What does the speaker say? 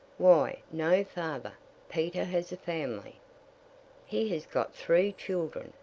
why, no, father peter has a family he has got three children,